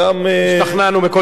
השתכנענו מכל טיעוניך.